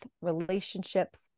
relationships